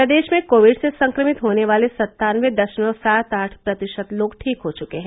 प्रदेश में कोविड से संक्रमित होने वाले सत्तानबे दशमलव सात आठ प्रतिशत लोग ठीक हो चुके हैं